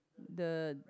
the